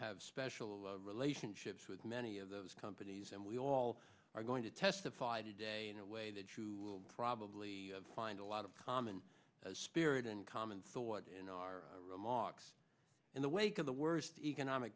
have special relationships with many of those companies and we all are going to testified today in a way that you will probably find a lot of common as spirit and common thought in our remarks in the wake of the worst economic